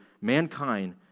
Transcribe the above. mankind